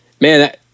man